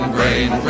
Brain